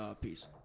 Peace